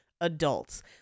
adults